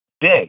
big